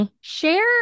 share